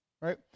Right